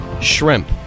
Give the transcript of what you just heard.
Shrimp